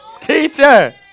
Teacher